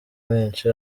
benshi